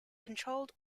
controlled